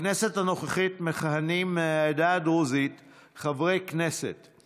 בכנסת הנוכחית מכהנים חברי כנסת מהעדה הדרוזית.